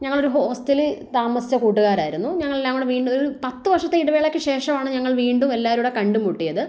ഞങ്ങളൊരു ഹോസ്റ്റലിൽ താമസിച്ച കൂട്ടുകാരായിരുന്നു ഞങ്ങൾ എല്ലാം കൂടി നീണ്ട ഒരു പത്ത് വർഷത്തെ ഇടവേളയ്ക്കു ശേഷമാണ് ഞങ്ങൾ വീണ്ടും എല്ലാവരും കൂടി കണ്ടുമുട്ടിയത്